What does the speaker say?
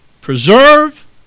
preserve